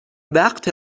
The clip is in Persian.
وقت